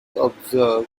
observe